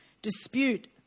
Dispute